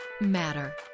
matter